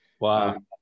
Wow